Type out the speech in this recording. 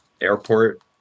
airport